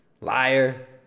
liar